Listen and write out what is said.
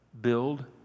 build